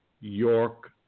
york